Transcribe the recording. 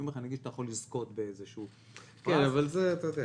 אם נגיד שאתה יכול לזכות --- כן, אתה יודע...